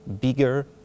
bigger